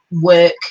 work